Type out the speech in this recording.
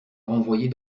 renvoyés